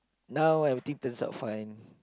now everything turns out fine